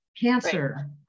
cancer